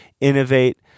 innovate